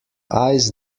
eyes